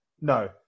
no